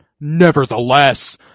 nevertheless